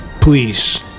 Please